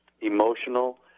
emotional